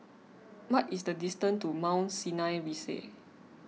what is the distance to Mount Sinai Rise